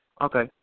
Okay